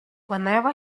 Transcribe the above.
whenever